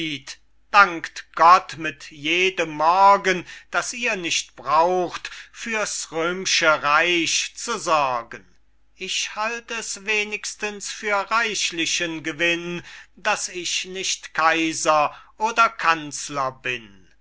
dankt gott mit jedem morgen daß ihr nicht braucht für's röm'sche reich zu sorgen ich halt es wenigstens für reichlichen gewinn daß ich nicht kaiser oder kanzler bin